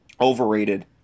Overrated